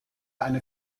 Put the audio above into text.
eine